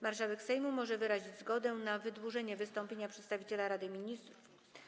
Marszałek Sejmu może wyrazić zgodę na wydłużenie wystąpienia przedstawiciela Rady Ministrów.